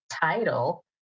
title